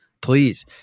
Please